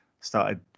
started